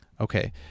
okay